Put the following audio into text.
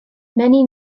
many